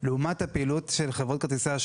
של סוכני ביטוח,